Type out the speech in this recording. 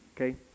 okay